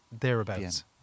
thereabouts